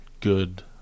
Good